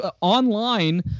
online